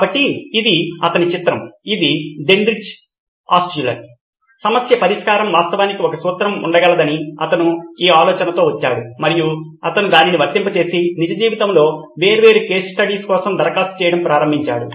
కాబట్టి ఇది అతని చిత్రం ఇది జెన్రిచ్ ఆల్ట్షుల్లర్ సమస్య పరిష్కారం వాస్తవానికి ఒక సూత్రంగా ఉండగలదని అతను ఈ ఆలోచనతో వచ్చాడు మరియు అతను దానిని వర్తింపజేసి నిజ జీవితంలో వేర్వేరు కేస్ స్టడీస్ కోసం దరఖాస్తు చేయడం ప్రారంభించాడు